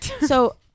So-